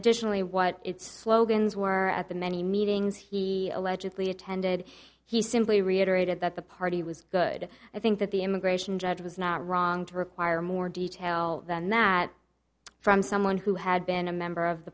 additionally what its slogans were at the many meetings he allegedly attended he simply reiterated that the party was good i think that the immigration judge was not wrong to require more detail than that from someone who had been a member of the